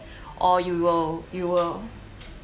or you will you will